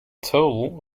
total